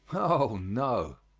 oh, no.